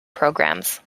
programmes